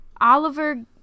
Oliver